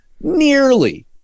nearly